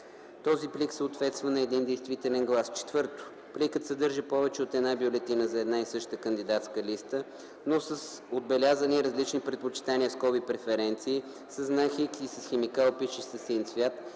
този плик съответства на един действителен глас; 4. пликът, съдържа повече от една бюлетина за една и съща кандидатска листа, но с отбелязани различни предпочитания (преференции) със знак „Х” и с химикал, пишещ със син цвят